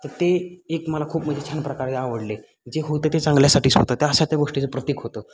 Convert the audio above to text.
तर ते एक मला खूप म्हणजे छान प्रकारे आवडले जे होतं ते चांगल्यासाठीच होतं त्या अशा त्या गोष्टीचं प्रतीक होतं